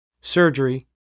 surgery